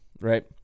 right